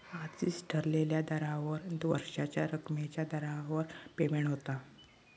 आधीच ठरलेल्या दरावर वर्षाच्या रकमेच्या दरावर पेमेंट होता